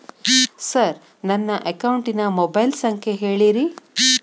sir ನನ್ನ ಅಕೌಂಟಿನ mobile ಸಂಖ್ಯೆ ಹೇಳಿರಿ